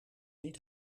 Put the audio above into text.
niet